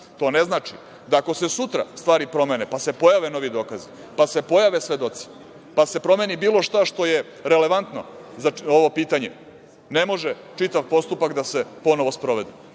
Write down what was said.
to ne znači da, ako se sutra stvari promene, pa se pojave novi dokazi, pa se pojave svedoci, pa se promeni bilo šta što je relevantno za ovo pitanje, ne može čitav postupak da se ponovo sprovede. To